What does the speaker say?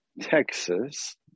Texas